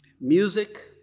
Music